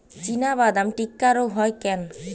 চিনাবাদাম টিক্কা রোগ হয় কেন?